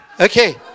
Okay